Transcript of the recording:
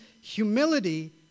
humility